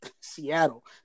Seattle